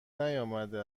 نیامده